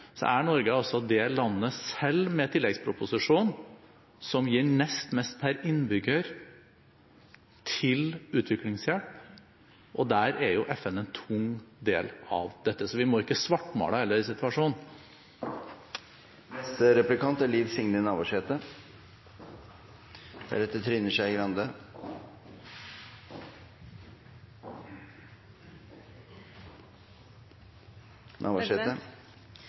er Norge det landet, selv med tilleggsproposisjonen, som gir nest mest per innbygger til utviklingshjelp, og FN er en tung del av dette. Så vi må ikke svartmale situasjonen heller. Som eg tok opp i